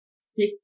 Six